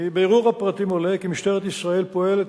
מבירור הפרטים עולה כי משטרת ישראל פועלת